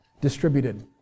distributed